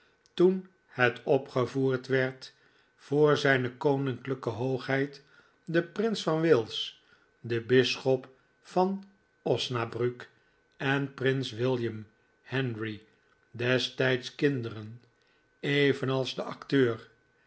toen het opgevoerd werd voor zijne koninklijke hoogheid den prins van wales den bisschop van osnabruck en prins william henry destijds kinderen evenals de acteur